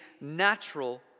natural